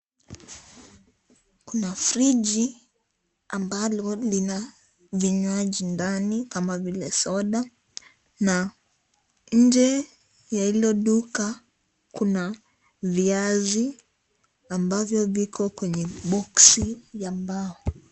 Kuna friji ambalo lina vinywaji ndani kama vile soda na nje ya hilo duka kuna viazi ambavyo viko kwenye boksi ya mbao.